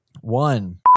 one